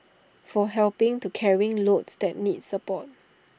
for helping to carrying loads that need support